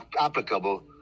applicable